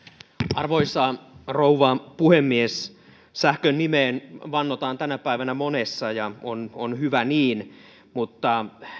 arvoisa rouva puhemies sähkön nimeen vannotaan tänä päivänä monessa ja hyvä niin mutta